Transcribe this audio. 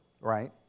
right